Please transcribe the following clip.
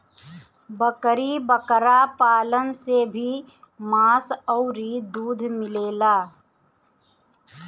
बकरी बकरा पालन से भी मांस अउरी दूध मिलेला